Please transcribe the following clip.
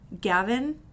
Gavin